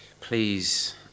please